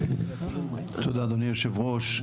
תודה אדוני היושב ראש.